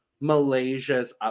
Malaysia's